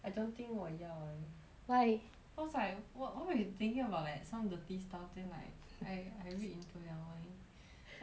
I don't think 我要 eh why cause like wh~ what if they thinking about like some dirty stuff then like I I read into their mind